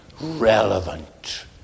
relevant